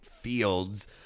Fields